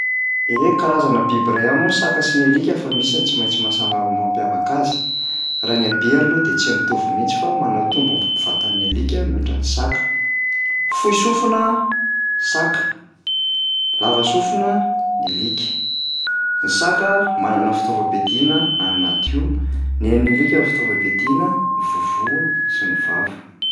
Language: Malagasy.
Ie, karazana biby iray ihany moa ny saka sy ny alika fa misy ny tsy maintsy mahasama- mampiavaka azy. Raha ny habeny loha de tsy mitovy mihitsy fa manatombo ny v- vatan'ny alika mihoatra ny saka. Fohy sofina saka, lava sofina ny alika; saka manana fitaovam-piadiana any anaty hoho, ny an'ny alika ny fitaovam-piadiana ny vovòa sy ny vava.